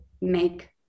make